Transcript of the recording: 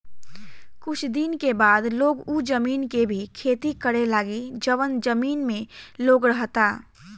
कुछ दिन के बाद लोग उ जमीन के भी खेती करे लागी जवन जमीन में लोग रहता